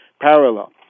parallel